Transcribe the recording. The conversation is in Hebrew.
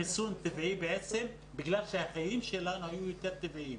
חיסון טבעי בעצם בגלל שהחיים שלנו היו יותר טבעיים.